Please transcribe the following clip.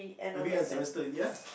every end of semester ya